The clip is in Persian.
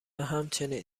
همچنین